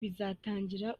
bizatangira